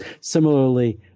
Similarly